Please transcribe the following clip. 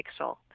pixel